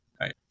right